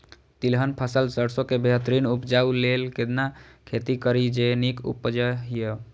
तिलहन फसल सरसों के बेहतरीन उपजाऊ लेल केना खेती करी जे नीक उपज हिय?